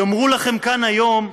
יאמרו לכם כאן היום: